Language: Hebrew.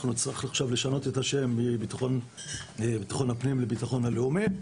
אנחנו נצטרך עכשיו לשנות את השם מביטחון הפנים לביטחון לאומי,